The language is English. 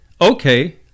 okay